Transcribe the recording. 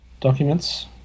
Documents